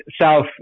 south